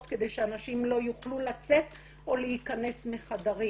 כדי שאנשים לא יוכלו לצאת או להיכנס מחדרים.